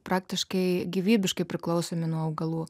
praktiškai gyvybiškai priklausomi nuo augalų